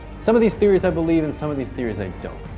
some of these theories i believe and some of these theories i don't.